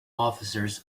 officers